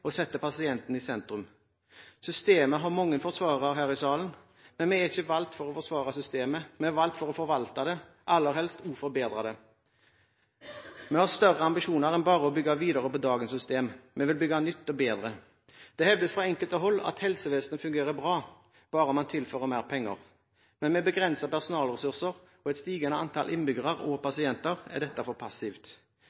som setter pasienten i sentrum. Systemet har mange forsvarere her i salen, men vi er ikke valgt for å forsvare systemet. Vi er valgt for å forvalte det – aller helst også forbedre det. Vi har større ambisjoner enn bare å bygge videre på dagens system. Vi vil bygge nytt og bedre. Det hevdes fra enkelte hold at helsevesenet fungerer bra, bare man tilfører mer penger. Men med begrensede personalressurser og et stigende antall innbyggere – og